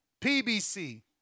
PBC